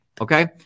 okay